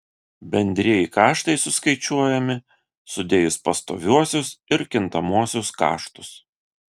bendrieji kaštai suskaičiuojami sudėjus pastoviuosius ir kintamuosius kaštus